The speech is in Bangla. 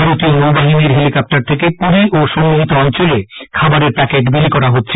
ভারতীয় নৌ বাহিনীর হেলিকপ্টার থেকে পুরী ও সগ্নিহিত অঞ্চলে খাবারের প্যাকেট বিলি করা হচ্ছে